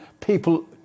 people